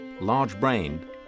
large-brained